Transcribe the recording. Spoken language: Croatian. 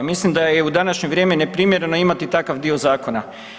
Mislim da je u današnje vrijeme neprimjereno imati takav dio zakona.